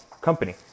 company